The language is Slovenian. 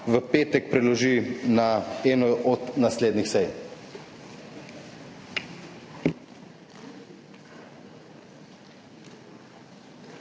v petek preloži na eno od naslednjih sej.